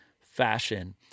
fashion